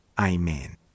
Amen